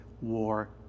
war